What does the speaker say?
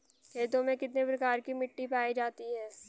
खेतों में कितने प्रकार की मिटी पायी जाती हैं?